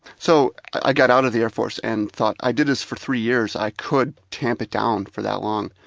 so i got out of the air force and thought, i did this for three years. i could tamp it down for that long.